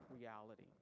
reality